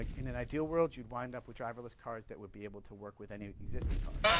like in an ideal world, you'd wind up with driverless cars that would be able to work with any existing car.